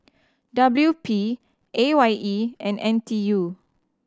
W P A Y E and N T U